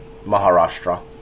Maharashtra